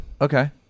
Okay